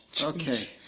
Okay